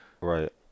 Right